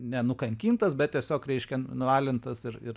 nenukankintas bet tiesiog reiškia nualintas ir ir